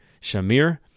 Shamir